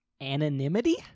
Anonymity